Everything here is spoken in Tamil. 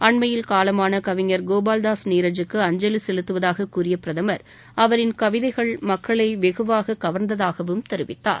அண்மையில் காலமான கவிஞர் கோபால் தாஸ் நீரஜ்க்கு அஞ்சவி செலுத்துவதாக கூறிய பிரதம் அவரின் கவிதைகள் மக்களை வெகுவாக கவர்ந்ததாகவும் தெரிவித்தார்